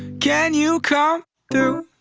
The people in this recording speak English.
can you come through